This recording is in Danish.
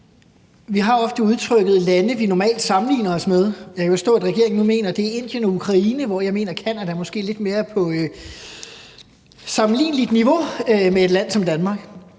Vi hører ofte udtrykket: lande, vi normalt sammenligner os med. Jeg kan forstå, at regeringen nu mener, at det er Indien og i Ukraine, hvor jeg mener, at Canada er på et måske lidt mere sammenligneligt niveau med et land som Danmark.